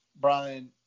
Brian